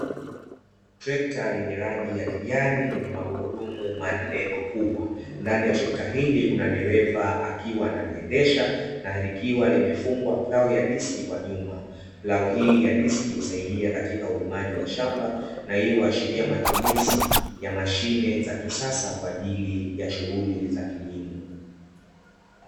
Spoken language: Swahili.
Trekta lenye rangi ya kijani lenye magurudumu manne makubwa. Ndani ya trekta hili kuna dereva akiwa analiendesha na likiwa limefungwa plau ya diski kwa nyuma. Plau hii ya diski husaidia katika ulimaji wa shamba na hii huashiria matumizi ya mashine za kisasa, kwa ajili ya shughuli za kilimo.